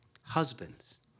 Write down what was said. husbands